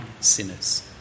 sinners